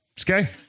Okay